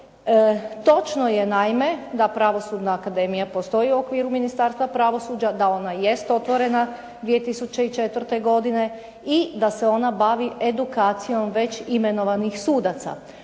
Točno je naime, da pravosudna akademija postoji u okviru Ministarstvu pravosuđa, da ona jest otvorena 2004. godine i da se ona bavi edukacijom već imenovanih sudaca.